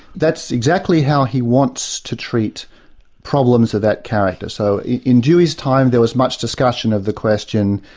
that's exactly how he wants to treat problems of that character. so, in dewey's time there was much discussion of the question,